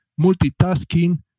multitasking